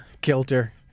kilter